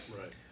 Right